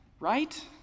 right